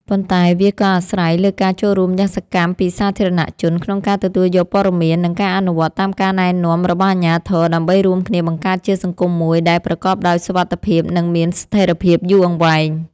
ប៉ុន្តែវាក៏អាស្រ័យលើការចូលរួមយ៉ាងសកម្មពីសាធារណជន ក្នុងការទទួលយកព័ត៌មាន និងការអនុវត្តតាមការណែនាំរបស់អាជ្ញាធរ ដើម្បីរួមគ្នាបង្កើតជាសង្គមមួយដែលប្រកបដោយសុវត្ថិភាព និងមានស្ថិរភាពយូរអង្វែង។